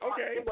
Okay